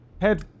head